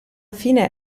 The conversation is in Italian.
fine